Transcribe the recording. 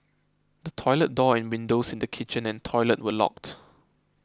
the toilet door and windows in the kitchen and toilet were locked